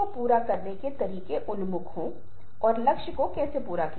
उदाहरण के लिए पॉल एहमन का सुझाव है कि लगातार मुस्कुराना आपको दिन के अंत में खुश महसूस करवा सकता है